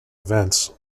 events